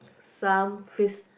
some face